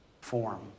form